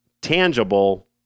tangible